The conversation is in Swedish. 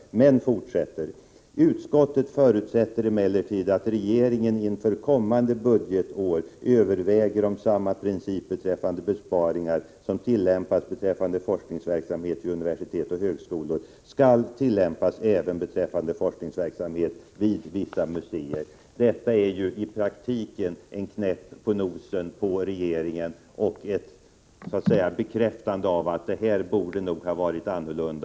Men man fortsätter: ”Utskottet förutsätter emellertid att regeringen inför kommande budgetår överväger om samma princip beträffande besparingar som tillämpas beträffande forskningsverksamhet vid universitet och högskolor skall tillämpas även beträffande forskningsverksamhet vid vissa museer.” Detta innebär i praktiken att regeringen får en knäpp på nosen. Det är således en bekräftelse på att det hela nog borde ha varit annorlunda.